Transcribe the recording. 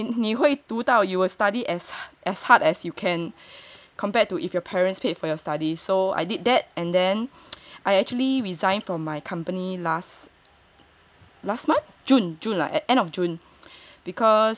都是对都是血汗钱来的你会读到你你会读到 you will study as as hard as you can compared to if your parents paid for your study so I did that and then I actually resigned from my company last last month June July at the end of June